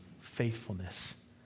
faithfulness